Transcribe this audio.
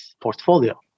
portfolio